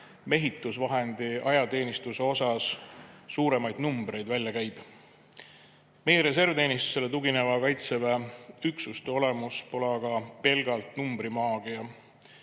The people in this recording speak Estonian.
mehitusvahendi, ajateenistuse kohta suuremaid numbreid välja käib. Meie reservteenistusele tugineva Kaitseväe üksuste olemus pole aga pelgalt numbrimaagia.